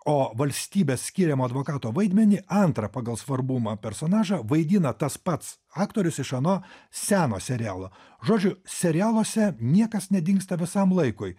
o valstybės skiriamo advokato vaidmenį antrą pagal svarbumą personažą vaidina tas pats aktorius iš ano seno serialo žodžiu serialuose niekas nedingsta visam laikui